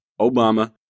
Obama